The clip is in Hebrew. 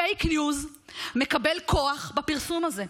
פייק ניוז מקבל כוח בפרסום הזה,